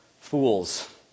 fools